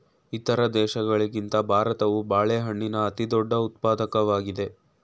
ಇತರ ದೇಶಗಳಿಗಿಂತ ಭಾರತವು ಬಾಳೆಹಣ್ಣಿನ ಅತಿದೊಡ್ಡ ಉತ್ಪಾದಕವಾಗಿದೆ